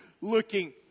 looking